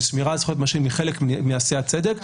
אמרתי ששמירה על זכויות נאשמים זה חלק מעשיית צדק,